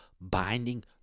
binding